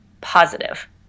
positive